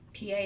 PA